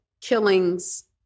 killings